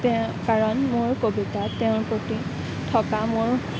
তেওঁ কাৰণ মোৰ কবিতাত তেওঁৰ প্ৰতি থকা মোৰ